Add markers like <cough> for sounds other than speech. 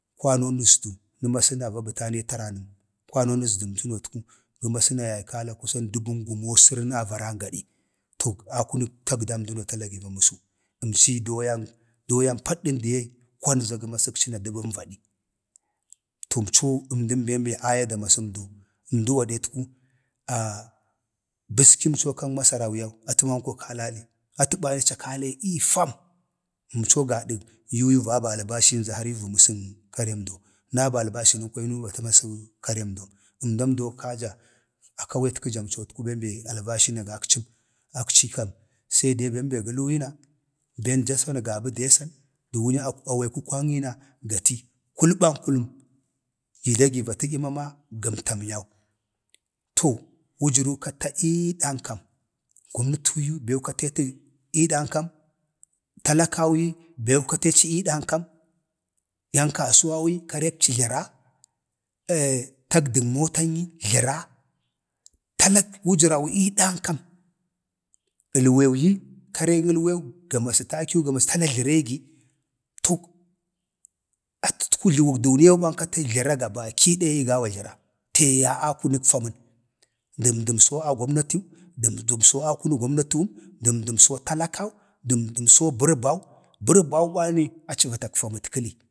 ﻿kwanon əzdu nə masə na vadi təna kwanon əzdu nə masə na va bətane ii təranəm, kwanon əzdəmcənotku ga masana yay kala kusan dəban gumosərən avaran gade, to akunək tagdam dəno tala gi va məsu, ya məsək doyan, doyan padədən diye kwan za ga masə na dəbən vadi, to əmco əmdən bee be aya damasə - əmdu gadetku <hesitation> bəskimso kan masarau yau, ati yau kalali, atə ba aca kalalee ii fam, əmco gadan yu yuu va ban albashin za har yu va məsən karəmdo, na ban albashinnəm kwaya nəmbatə na masə karəmdom, əmdam doo kaja akawetkəjamcotu bən be albashin agakcəm akci kam se dee bem be ga luyuna bən japa na ga bə dəsan də wunyak awwkwukwa ni na gati, kulə bə kuləm, gi dai gi va tədya mama gəmtam yau, to wujəru katə iidankam gomnatuu yi beu kateetu ii dankam, talakau yi beu kateci ii dankam, 'yan kasuwa wu yi karekci jləra <hesitation> tagdən motan yi jləra, tala wujəruu ii dankam, alwewu yi karen əlwew <unintelligible> ga masə takiw ga masə tala jləree gi, to atətku jləwəg dumiyau ba kate jləra gabaki daya jlera tee yaye dək lək əkfa nəm, dən əmdəmso kunəg gomnatiw dən əmdəmso talakaw dən əmdəmso bərbaw bərbau bani aci va tag famətkəli.